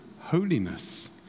holiness